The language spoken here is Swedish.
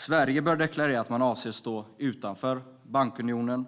Sverige bör deklarera att vi avser att stå utanför bankunionen.